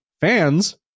fans